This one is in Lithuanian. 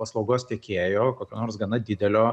paslaugos tiekėjo kokio nors gana didelio